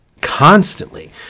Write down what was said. constantly